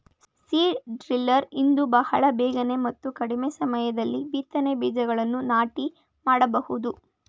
seed driller ಇಂದ ಬಹಳ ಬೇಗನೆ ಮತ್ತು ಕಡಿಮೆ ಸಮಯದಲ್ಲಿ ಬಿತ್ತನೆ ಬೀಜಗಳನ್ನು ನಾಟಿ ಮಾಡಬೋದು